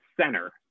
center